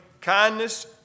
kindness